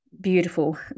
beautiful